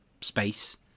space